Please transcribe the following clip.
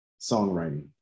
songwriting